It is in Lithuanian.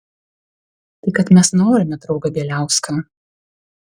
tai kad mes norime draugą bieliauską